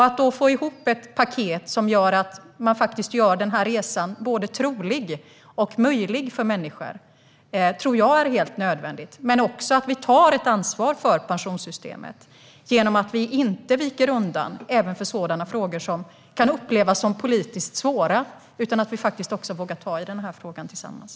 Att få ihop ett paket som faktiskt gör den här resan både trolig och möjlig för människor tror jag är helt nödvändigt. Men det är också nödvändigt att vi tar ansvar för pensionssystemet genom att inte vika undan ens för sådana frågor som kan upplevas som politiskt svåra. Vi måste våga ta i denna fråga tillsammans.